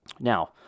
Now